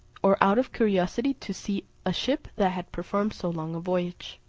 or out of curiosity to see a ship that had performed so long a voyage.